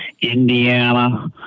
Indiana